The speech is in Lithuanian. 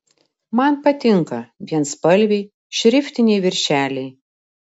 man patinka vienspalviai šriftiniai viršeliai